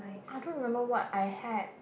I don't remember what I had